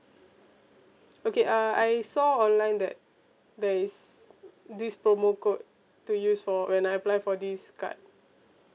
okay uh I saw online that there is this promo code to use for when I apply for this card